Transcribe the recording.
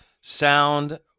sound